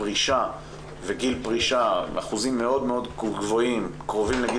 פרישה וגיל פרישה עם אחוזים מאוד גבוהים קרובים לגיל